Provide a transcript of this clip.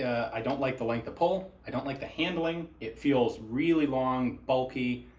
i don't like the length of pole, i don't like the handling, it feels really long, bulky,